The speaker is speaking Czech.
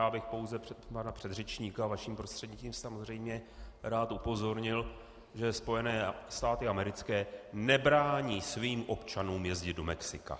Já bych pouze pana předřečníka vaším prostřednictvím, samozřejmě rád upozornil, že Spojené státy americké nebrání svým občanům jezdit do Mexika.